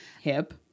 hip